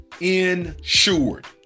insured